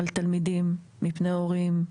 מפני הורים,